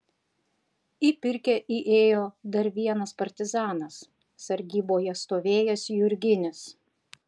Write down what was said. į pirkią įėjo dar vienas partizanas sargyboje stovėjęs jurginis